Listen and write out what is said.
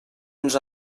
ens